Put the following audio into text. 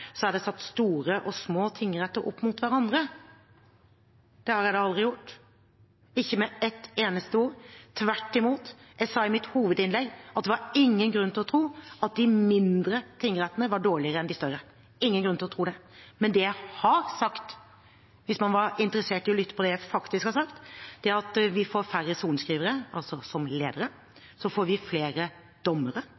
satt store og små tingretter opp mot hverandre. Det har jeg da aldri gjort, ikke med et eneste ord. Tvert imot sa jeg i mitt hovedinnlegg at det var ingen grunn til å tro at de mindre tingrettene var dårligere enn de større – ingen grunn til å tro det. Men det jeg har sagt, hvis man var interessert i å lytte til det jeg faktisk sa, er at vi får færre sorenskrivere, altså som ledere.